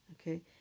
Okay